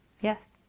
Yes